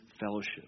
fellowship